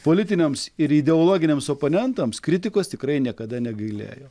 politiniams ir ideologiniams oponentams kritikos tikrai niekada negailėjo